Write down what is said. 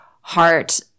heart